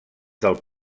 del